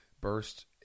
burst